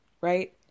right